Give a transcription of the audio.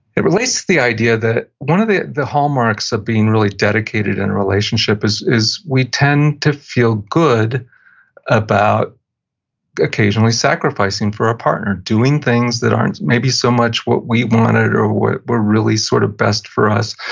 it relates to the idea that one of the the hallmarks of being really dedicated in a relationship is is we tend to feel good about occasionally sacrificing for our partner, doing things that aren't maybe so much what we wanted, or what were really sort of best for us.